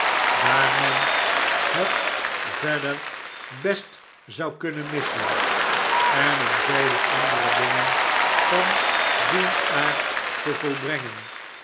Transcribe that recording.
daar men het verder best zou kunnen missen en om vele andere dingen van dien aard te volbrengen